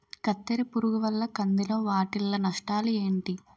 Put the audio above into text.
కత్తెర పురుగు వల్ల కంది లో వాటిల్ల నష్టాలు ఏంటి